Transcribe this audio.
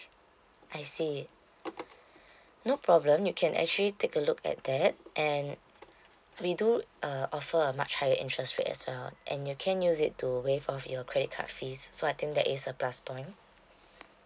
I see no problem you can actually take a look at that and we do uh offer a much higher interest rate as well and you can use it to waive off your credit card fees so I think that is a plus point